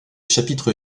chapitre